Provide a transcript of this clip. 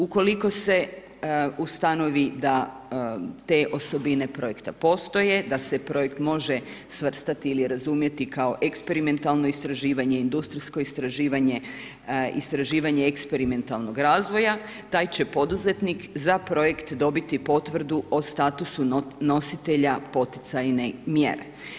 Ukoliko se ustanovi da te osobine projekta postoje, da se projekt može svrstati ili razumjeti kao eksperimentalno istraživanje, industrijsko istraživanje, istraživanje eksperimentalnog razvoja, taj će poduzetnik za projekt dobiti potvrdu o statusu nositelja poticajne mjere.